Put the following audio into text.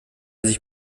sich